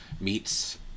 meats